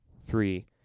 three